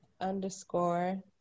underscore